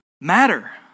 matter